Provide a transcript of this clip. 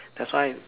that's why